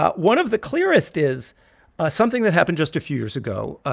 ah one of the clearest is something that happened just a few years ago.